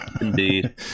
Indeed